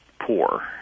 poor